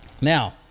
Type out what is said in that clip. Now